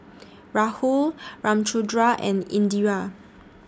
Rahul Ramchundra and Indira